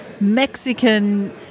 Mexican